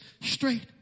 straight